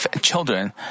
children